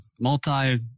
multi